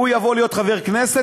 הוא יבוא להיות חבר כנסת,